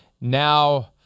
Now